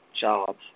jobs